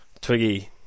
Twiggy